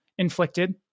inflicted